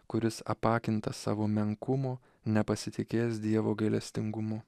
kuris apakintas savo menkumo nepasitikės dievo gailestingumu